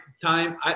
time